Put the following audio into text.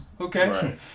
okay